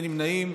אין נמנעים.